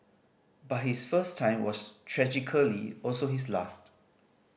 but his first time was tragically also his last